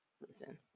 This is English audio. Listen